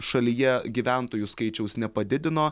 šalyje gyventojų skaičiaus nepadidino